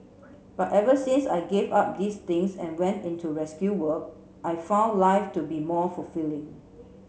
but ever since I gave up these things and went into rescue work I've found life to be more fulfilling